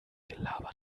gelaber